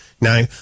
now